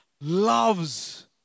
loves